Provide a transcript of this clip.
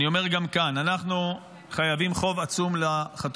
ואני אומר גם כאן: אנחנו חייבים חוב עצום לחטופים.